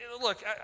look